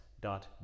dot